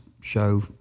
show